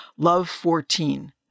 LOVE14